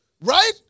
Right